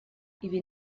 ibi